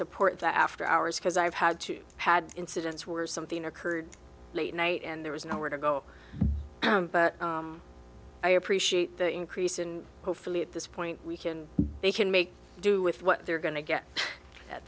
support that after hours because i've had to had incidents where something occurred late night and there was nowhere to go but i appreciate the increase in hopefully at this point we can they can make do with what they're going to get at